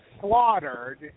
slaughtered